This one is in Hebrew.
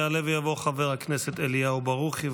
יעלה ויבוא חבר הכנסת אליהו ברוכי,